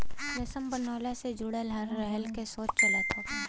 रेशम बनवला से जुड़ल हर तरह के शोध चलत हौ